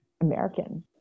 American